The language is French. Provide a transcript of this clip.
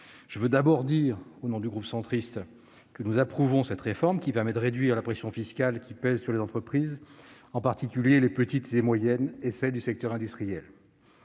Je veux d'abord indiquer, au nom du groupe Union Centriste, que nous approuvons cette réforme qui permet de réduire la pression fiscale pesant sur les entreprises, en particulier les petites et les moyennes, ainsi que celles du secteur industriel.